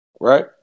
right